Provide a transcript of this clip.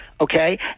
okay